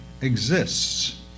exists